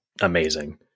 amazing